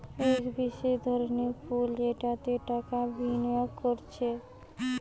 এক বিশেষ ধরনের পুল যেটাতে টাকা বিনিয়োগ কোরছে